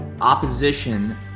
opposition